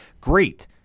great